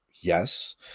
yes